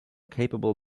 capable